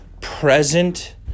present